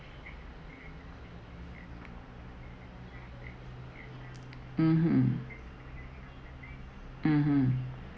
mmhmm mmhmm